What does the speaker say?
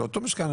על אותו משקל,